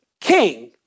king